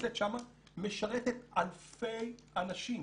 שנמצאת שם משרתת אלפי אנשים.